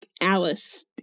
Alice